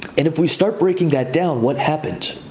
and if we start breaking that down, what happens?